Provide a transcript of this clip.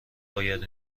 باید